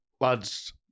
lads